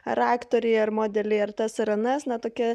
ar aktoriai ar modeliai ar tas ar anas na tokia